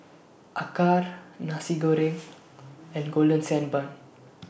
Acar Nasi Goreng and Golden Sand Bun